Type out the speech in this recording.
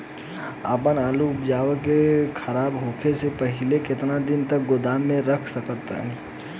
आपन आलू उपज के खराब होखे से पहिले केतन दिन तक गोदाम में रख सकिला?